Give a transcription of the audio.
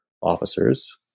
officers